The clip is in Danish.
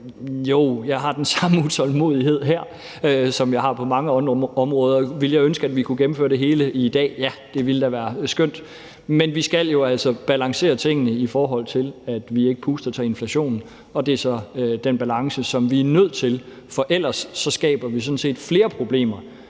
Jeg har den samme utålmodighed her, som jeg har på mange andre områder. Ville jeg ønske, at vi kunne gennemføre det hele i dag? Ja, det ville da være skønt, men vi skal jo altså balancere tingene, så vi ikke puster til inflationen, og det er så den balance, som vi er nødt til at have. For vi skaber sådan set flere problemer,